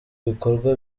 bikorwa